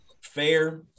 Fair